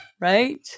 Right